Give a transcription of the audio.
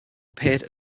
appeared